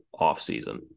offseason